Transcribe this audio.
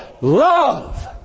love